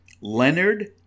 Leonard